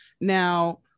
Now